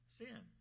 sin